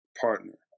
partner